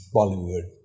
Bollywood